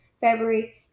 February